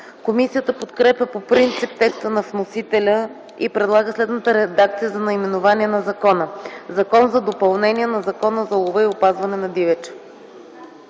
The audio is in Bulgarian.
Комисията подкрепя по принцип текста на вносителя и предлага следната редакция за наименование на закона: „Закон за допълнение на Закона за лова и опазване на дивеча”.